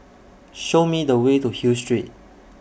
Show Me The Way to Hill Street